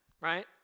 right